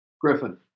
Griffin